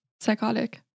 psychotic